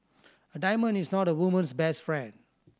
a diamond is not a woman's best friend